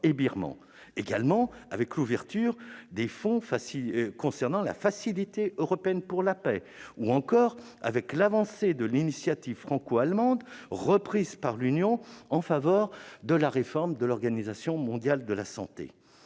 également l'ouverture des fonds destinés à la Facilité européenne pour la paix, ou encore l'avancée de l'initiative franco-allemande, reprise par l'Union, en faveur de la réforme de l'Organisation mondiale de la santé